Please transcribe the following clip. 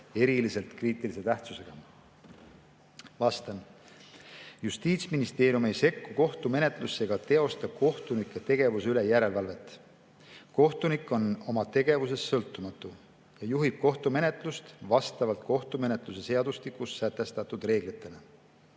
eriliselt kriitilise tähtsusega?" Justiitsministeerium ei sekku kohtumenetlusse ega teosta kohtunike tegevuse üle järelevalvet. Kohtunik on oma tegevuses sõltumatu ja juhib kohtumenetlust vastavalt kohtumenetluse seadustikus sätestatud reeglitele.